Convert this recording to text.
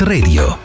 Radio